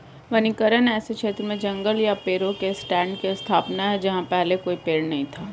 वनीकरण ऐसे क्षेत्र में जंगल या पेड़ों के स्टैंड की स्थापना है जहां पहले कोई पेड़ नहीं था